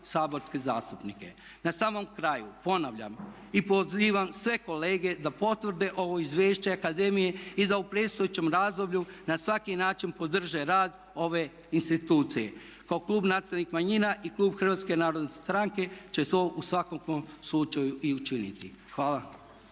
saborske zastupnike. Na samom kraju ponavljam i pozivam sve kolege da potvrde ovo izvješće akademije i da u predstojećem razdoblju na svaki način podrže rad ove institucije. Kao klub nacionalnih manjina i klub Hrvatske narodne stranke će u svakom slučaju i učiniti. Hvala.